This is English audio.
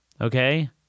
Okay